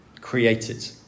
Created